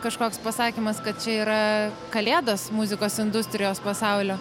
kažkoks pasakymas kad čia yra kalėdos muzikos industrijos pasaulio